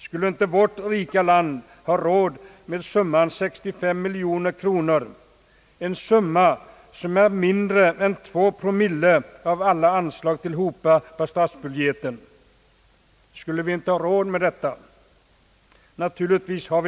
Skulle inte vårt rika land ha råd att betala dessa 65 miljoner kronor, en summa som är mindre än 2 promille av alla anslag tillhopa på statsbudgeten? Naturligtvis har vi råd med detta.